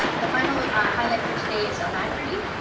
the final highlight for today is alacrity.